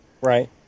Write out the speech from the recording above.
Right